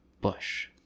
bush